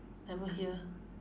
never hear